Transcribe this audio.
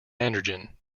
androgen